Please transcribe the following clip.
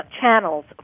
channels